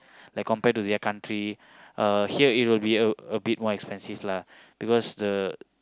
like compared to their country uh here it will be a a bit more expensive lah because the